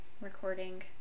recording